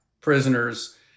prisoners